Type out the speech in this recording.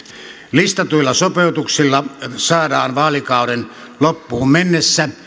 listatuilla sopeutuksilla saadaan vaalikauden loppuun mennessä